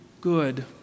good